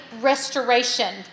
restoration